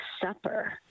supper